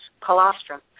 colostrum